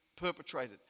perpetrated